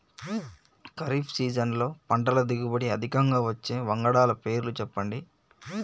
ఖరీఫ్ సీజన్లో పంటల దిగుబడి అధికంగా వచ్చే వంగడాల పేర్లు చెప్పండి?